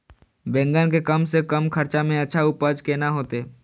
बेंगन के कम से कम खर्चा में अच्छा उपज केना होते?